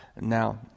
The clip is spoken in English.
now